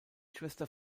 schwester